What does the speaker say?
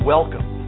Welcome